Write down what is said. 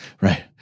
right